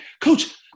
coach